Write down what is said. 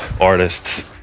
artists